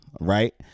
Right